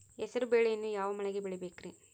ಹೆಸರುಬೇಳೆಯನ್ನು ಯಾವ ಮಳೆಗೆ ಬೆಳಿಬೇಕ್ರಿ?